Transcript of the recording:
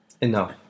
Enough